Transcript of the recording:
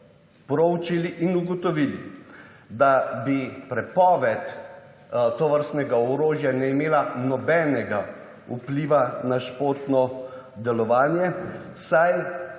proučili in ugotovili, da bi prepoved tovrstnega orožja ne imela nobenega vpliva na športno delovanje, saj